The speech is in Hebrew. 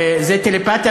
זה טלפתיה,